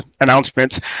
announcements